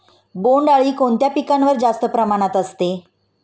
बोंडअळी कोणत्या पिकावर जास्त प्रमाणात असते?